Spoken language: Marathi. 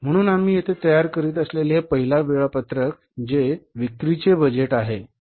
म्हणून आम्ही येथे तयार करीत असलेले हे पहिले वेळापत्रक आहे आणि हे विक्रीचे बजेट आहे